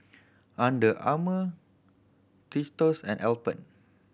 Under Armour Tostitos and Alpen